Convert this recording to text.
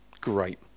great